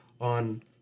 on